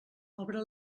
obre